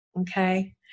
okay